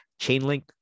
Chainlink